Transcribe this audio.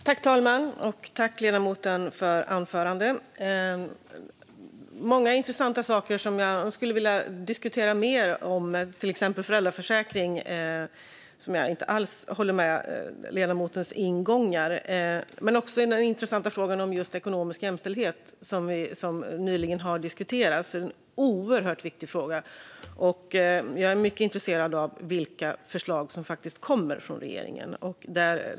Fru talman! Tack, ledamoten för anförandet! Det var många intressanta saker som jag skulle vilja diskutera mer, till exempel föräldraförsäkringen, där jag inte alls håller med om ledamotens ingångar. Frågan om ekonomisk jämställdhet, som nyligen har diskuterats, är intressant och oerhört viktig. Jag är mycket intresserad av vilka förslag som kommer från regeringen.